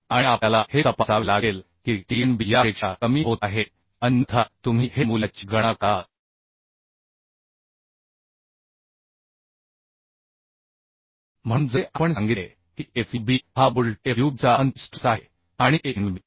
आणि आपल्याला हे तपासावे लागेल की Tnb यापेक्षा कमी होत आहे अन्यथा तुम्ही हे मूल्या ची गणना कराल म्हणून जसे आपण सांगितले की fub हा बोल्ट fubचा अंतिम स्ट्रेस आहे आणि Anb